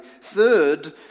Third